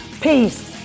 Peace